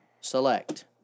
select